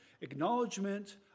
acknowledgement